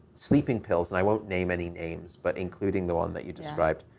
sleeping pills, and i won't name any names but including the one that you described,